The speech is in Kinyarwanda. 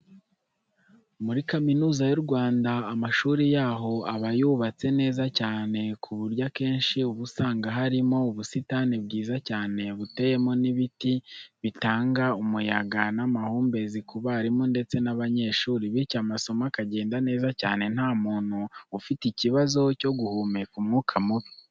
Muri Kaminuza y'u Rwanda, amashuri yaho aba yubatse neza cyane ku buryo akenshi uba usanga harimo ubusitani bwiza cyane buteyemo n'ibiti bitanga umuyaga n'amahumbezi ku barimu ndetse n'abanyeshuri, bityo amasomo akagenda neza cyane nta muntu ufite ikibazo cyo guhumeka umwuka mubi.